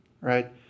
right